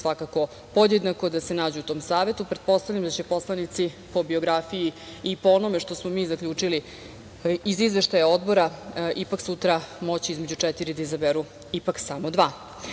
zaslužuju podjednako da se nađu u tom Savetu. Pretpostavljam da će poslanici po biografiji i po onome što smo mi zaključili, iz Izveštaja Odbora, sutra moći između četiri da izaberu ipak samo